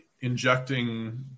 injecting